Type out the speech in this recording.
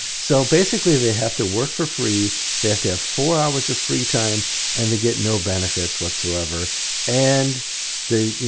so basically they have to work for free they have to have four hours of free time and they get no benefits whatsoever and you